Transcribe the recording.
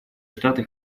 штаты